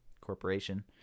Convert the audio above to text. corporation